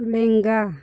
ᱞᱮᱝᱜᱟ